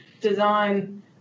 design